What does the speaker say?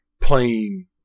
playing